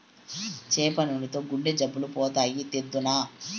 చేప నూనెతో గుండె జబ్బులు పోతాయి, తెద్దునా